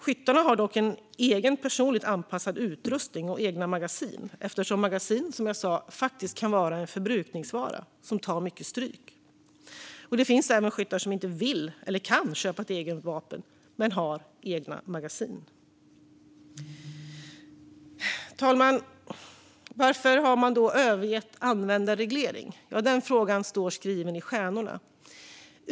Skyttarna har dock en egen personligt anpassad utrustning och egna magasin eftersom magasin, som jag sa, kan vara en förbrukningsvara som tar mycket stryk. Det finns även skyttar som inte vill eller kan köpa ett eget vapen men som har egna magasin. Herr talman! Varför har man då övergett användarreglering? Svaret på den frågan står skrivet i stjärnorna.